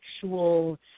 sexual